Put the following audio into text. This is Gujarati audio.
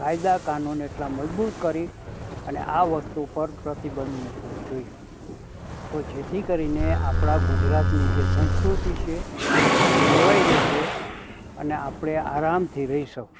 કાયદા કાનૂન એટલા મજબૂત કરી અને આ વસ્તુ ઉપર પ્રતિબંધ મૂકવો જોઇએ તો જેથી કરીને આપણા ગુજરાતની જે સંસ્કૃતિ છે એ જળવાઈ રહેશે અને આપણે આરામથી રહી શકશું